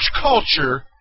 culture